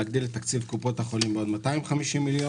להגדיל את תקציב קופות החולים ב-250 מיליון,